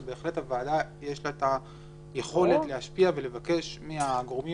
אבל בהחלט לוועדה יש את היכולת להשפיע ולבקש מהגורמים